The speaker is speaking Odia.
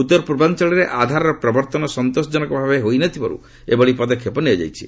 ଉତ୍ତରପୂର୍ବାଞ୍ଚଳରେ ଆଧାରର ପ୍ରବର୍ତ୍ତନ ସନ୍ତୋଷଜନକ ଭାବେ ହୋଇନଥିବାରୁ ଏଭଳି ପଦକ୍ଷେପ ନିଆଯାଇଛି